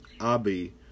Abi